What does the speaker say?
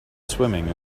swimming